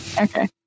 okay